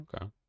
Okay